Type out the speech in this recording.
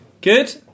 Good